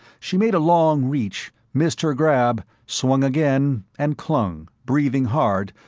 she made a long reach, missed her grab, swung again, and clung, breathing hard,